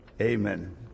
Amen